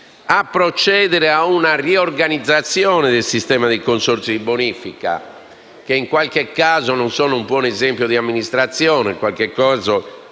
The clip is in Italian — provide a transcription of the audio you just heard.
a procedere a una riorganizzazione del sistema dei consorzi di bonifica, che in qualche caso non sono un buon esempio di amministrazione e diventano,